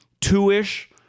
two-ish